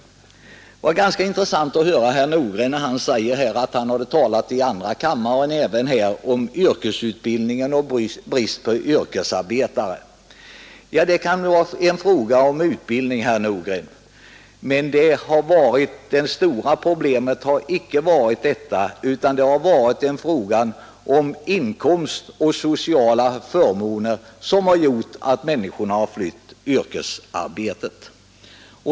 Det var ganska intressant att höra herr Nordgren säga att han hade talat i andra kammaren och även här om yrkesutbildningen och bristen på yrkesarbetare. Ja, det kan vara en fråga om utbildning, men det har främst varit inkomsten och de sociala förmånerna som gjort att människorna har flytt yrkesarbetet.